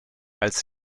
als